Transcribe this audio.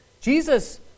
Jesus